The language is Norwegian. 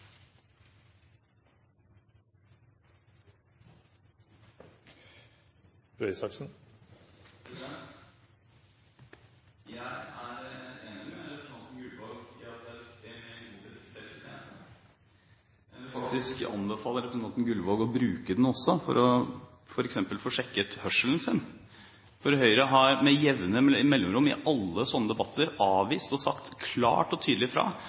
er viktig med en god bedriftshelsetjeneste. Jeg vil faktisk anbefale representanten Gullvåg å bruke den også, for f.eks. å få sjekket hørselen sin. For Høyre har med jevne mellomrom i alle slike debatter sagt klart og tydelig fra